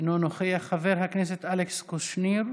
אינו נוכח, חבר הכנסת אלכס קושניר,